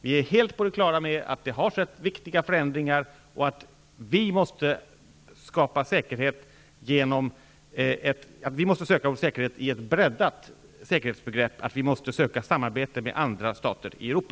Vi är helt på det klara med att det har skett viktiga förändringar, att vi måste söka vår säkerhet i ett breddat säkerhetsbegrepp och att vi måste söka samarbete med andra stater i Europa.